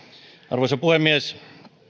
arvoisa puhemies